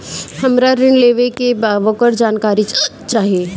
हमरा ऋण लेवे के बा वोकर जानकारी चाही